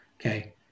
Okay